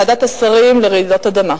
ועדת השרים לרעידות אדמה.